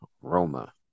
Roma